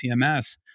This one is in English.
CMS